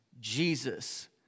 Jesus